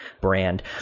brand